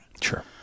Sure